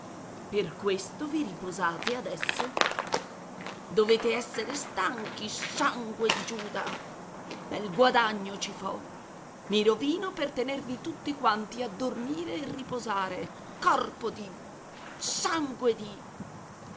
per questo che riposate adesso dovete essere stanchi sangue di giuda bel guadagno ci fo i rovino per tenervi tutti quanti a dormire e riposare corpo di sangue di